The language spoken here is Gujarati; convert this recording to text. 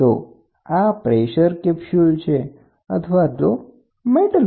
તો આ પ્રેસર કેપ્સ્યુલ છે અથવા તો મેટલ